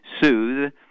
Soothe